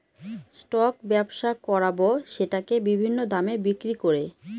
stock ব্যবসা করাবো সেটাকে বিভিন্ন দামে বিক্রি করে